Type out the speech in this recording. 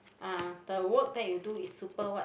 uh the work that you do is super what